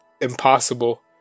impossible